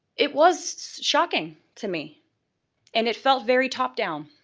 it was shocking to me and it felt very top down,